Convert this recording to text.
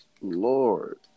Lord